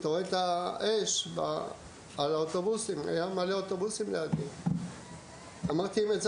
אתה רואה את האש על האוטובוסים?" היו לידי מלא אוטובוסים.